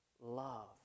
love